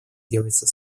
делается